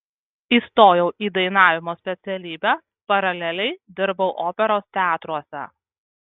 įstojau į dainavimo specialybę paraleliai dirbau operos teatruose